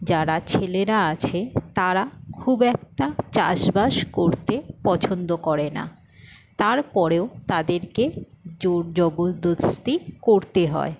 যারা ছেলেরা আছে তারা খুব একটা চাষবাস করতে পছন্দ করে না তারপরেও তাদেরকে জোর জবরদস্তি করতে হয়